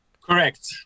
Correct